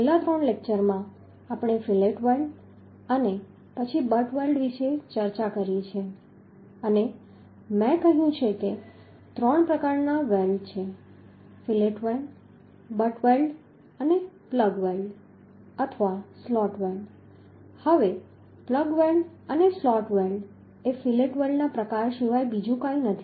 છેલ્લા ત્રણ લેક્ચરમાં આપણે ફિલેટ વેલ્ડ અને પછી બટ વેલ્ડ વિશે ચર્ચા કરી છે અને મેં કહ્યું છે કે ત્રણ પ્રકારના વેલ્ડ છે ફિલેટ વેલ્ડ બટ વેલ્ડ અને પ્લગ વેલ્ડ અથવા સ્લોટ વેલ્ડ હવે પ્લગ વેલ્ડ અને સ્લોટ વેલ્ડ એ ફિલેટ વેલ્ડના પ્રકાર સિવાય બીજું કંઈ નથી